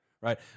Right